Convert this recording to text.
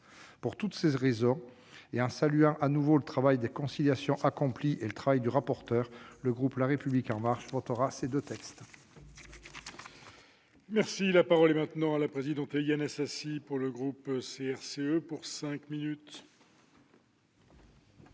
Pour toutes ces raisons, et en saluant de nouveau le travail de conciliation accompli, notamment par M. le rapporteur, le groupe La République En Marche votera ces deux textes.